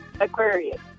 Aquarius